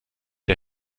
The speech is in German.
der